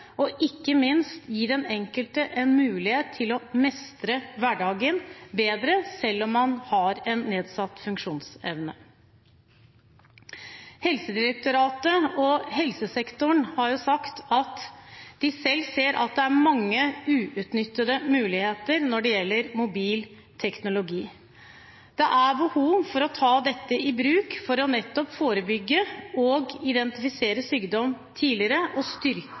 og ikke minst gi den enkelte en mulighet til å mestre hverdagen bedre, selv om man har nedsatt funksjonsevne. Helsedirektoratet og helsesektoren har sagt at de selv ser at det er mange uutnyttede muligheter når det gjelder mobil teknologi. Det er behov for å ta dette i bruk for nettopp å forebygge og identifisere sykdom tidligere og